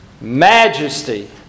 Majesty